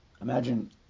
imagine